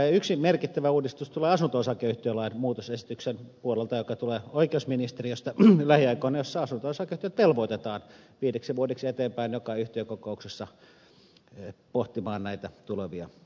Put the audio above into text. yksi merkittävä uudistus tulee asunto osakeyhtiölain muutosesityksen puolelta joka tulee oikeusministeriöstä lähiaikoina jossa asunto osakeyhtiöt velvoitetaan viideksi vuodeksi eteenpäin joka yhtiökokouksessa pohtimaan näitä tulevia korjauskysymyksiä